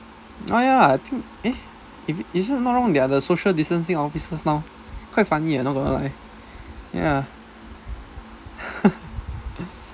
ah ya I think eh if is if I'm not wrong they are the social distancing officers now quite funny leh not gonna lie ya